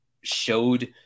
showed